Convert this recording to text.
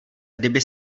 kdyby